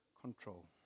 control